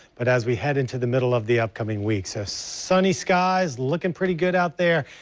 but as we head into the middle of the upcoming week. so sunny skies, looking pretty good out there.